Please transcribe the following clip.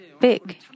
big